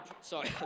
Sorry